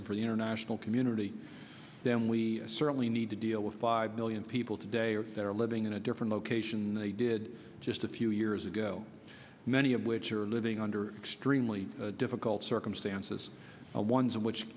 of for the international community then we certainly need to deal with five million people today or they're living in a different location they did just a few years ago many of which are living under extremely difficult circumstances a ones which